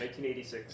1986